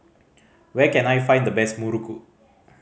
where can I find the best muruku